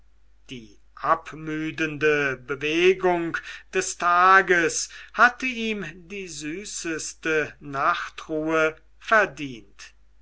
die abmüdende bewegung des tages hatte ihm die süße nachtruhe verdient